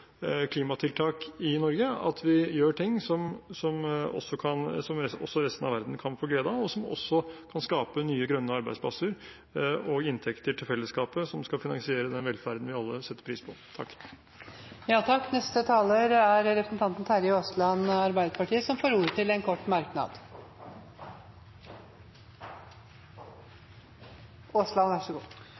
klimatiltak i Norge at vi gjør ting som også resten av verden kan få glede av, og som også kan skape nye grønne arbeidsplasser og inntekter til fellesskapet, som skal finansiere den velferden vi alle setter pris på. Representanten Terje Aasland har hatt ordet to ganger tidligere og får ordet til en kort merknad, begrenset til 1 minutt. Da kan jeg også bruke denne talerstolen, så